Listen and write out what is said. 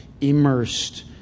immersed